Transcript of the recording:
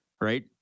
right